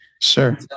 Sure